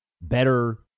better